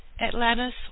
Atlantis